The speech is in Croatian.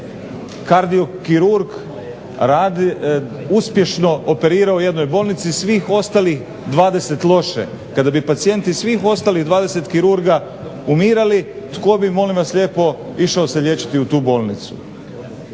kada bi pacijenti svih ostalih 20 kirurga umirali, tko bi molim vas lijepo išao se liječiti u tu bolnicu.